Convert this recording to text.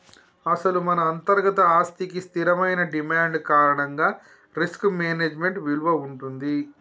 అసలు మన అంతర్గత ఆస్తికి స్థిరమైన డిమాండ్ కారణంగా రిస్క్ మేనేజ్మెంట్ విలువ ఉంటుంది